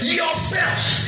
yourselves